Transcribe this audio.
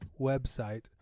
website